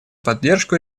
поддержку